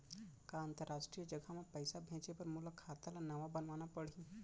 का अंतरराष्ट्रीय जगह म पइसा भेजे बर मोला खाता ल नवा बनवाना पड़ही?